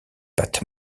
pattes